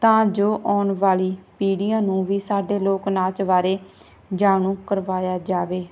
ਤਾਂ ਜੋ ਆਉਣ ਵਾਲੀ ਪੀੜ੍ਹੀਆਂ ਨੂੰ ਵੀ ਸਾਡੇ ਲੋਕ ਨਾਚ ਬਾਰੇ ਜਾਣੂ ਕਰਵਾਇਆ ਜਾਵੇ